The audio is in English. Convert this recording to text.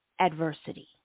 Adversity